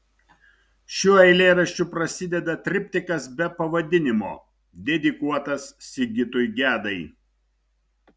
šiuo eilėraščiu prasideda triptikas be pavadinimo dedikuotas sigitui gedai